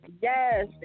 Yes